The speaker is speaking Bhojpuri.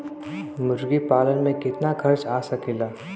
मुर्गी पालन में कितना खर्च आ सकेला?